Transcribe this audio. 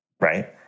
Right